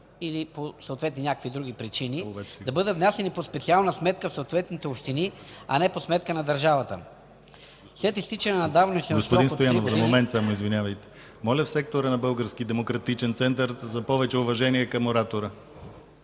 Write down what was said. или по съответни някакви други причини, да бъдат внасяни по специална сметка в съответните общини, а не по сметка на държавата. След изтичане на давностния срок от 3 г. ... ПРЕДСЕДАТЕЛ ДИМИТЪР ГЛАВЧЕВ: Господин Стоянов, за момент извинявайте. Моля в сектора на Български демократичен център за повече уважение към оратора!